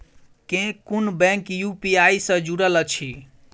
केँ कुन bank UPI सँ जुड़ल अछि?